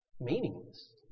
meaningless